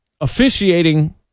officiating